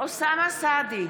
אוסאמה סעדי,